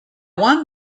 one